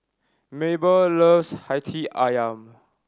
Mabell loves Hati Ayam